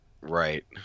right